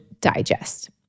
digest